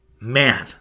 Man